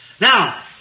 Now